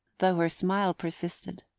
though her smile persisted.